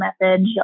message